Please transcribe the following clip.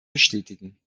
bestätigen